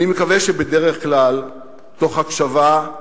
אני מקווה שבדרך כלל תוך הקשבה,